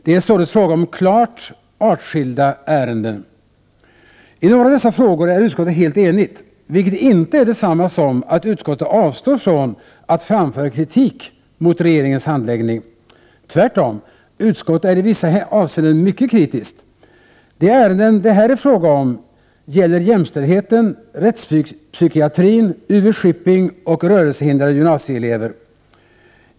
Det är således fråga om klart artskilda ärenden. I några av dessa frågor är utskottet helt enigt, vilket inte är detsamma som att utskottet avstår från att framföra kritik mot regeringens handläggning. Tvärtom — utskottet är i vissa avseenden mycket kritiskt. De ärenden det här är fråga om gäller jämställdheten, rättspsykiatrin, UV-Shipping och rörelsehindrade gymnasieelever.